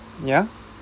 ya